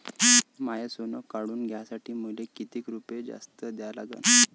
माय सोनं काढून घ्यासाठी मले कितीक रुपये जास्त द्या लागन?